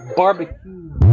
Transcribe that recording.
barbecue